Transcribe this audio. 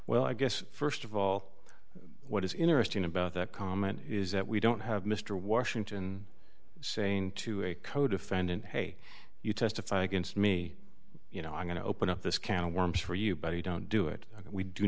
well i guess st of all what is interesting about that comment is that we don't have mr washington saying to a codefendant hey you testify against me you know i'm going to open up this can of worms for you but you don't do it we do